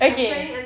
okay